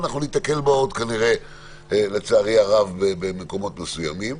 ואנחנו עוד ניתקל בה לצערי הרב במקומות מסוימים.